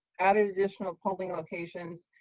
added additional polling locations,